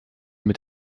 mit